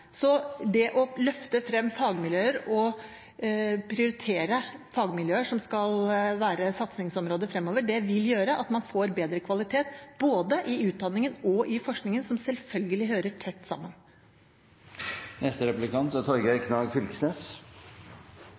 Så det å løfte frem fagmiljøer og prioritere fagmiljøer som et satsingsområde fremover, vil gjøre at man får bedre kvalitet både i utdanningen og i forskningen, som selvfølgelig hører tett